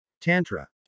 Tantra